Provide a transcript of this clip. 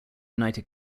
united